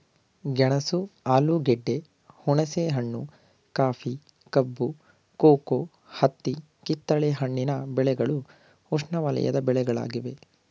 ಗೆಣಸು ಆಲೂಗೆಡ್ಡೆ, ಹುಣಸೆಹಣ್ಣು, ಕಾಫಿ, ಕಬ್ಬು, ಕೋಕೋ, ಹತ್ತಿ ಕಿತ್ತಲೆ ಹಣ್ಣಿನ ಬೆಳೆಗಳು ಉಷ್ಣವಲಯದ ಬೆಳೆಗಳಾಗಿವೆ